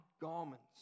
garments